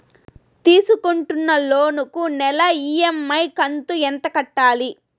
తీసుకుంటున్న లోను కు నెల ఇ.ఎం.ఐ కంతు ఎంత కట్టాలి?